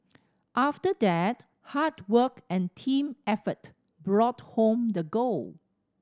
after that hard work and team effort brought home the gold